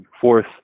fourth